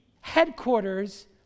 headquarters